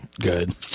good